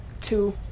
two